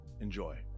Enjoy